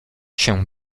się